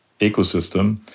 ecosystem